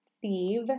thief